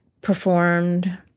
performed